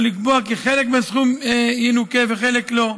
או לקבוע כי חלק מהסכום ינוכה וחלק לא?